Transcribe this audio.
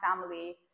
family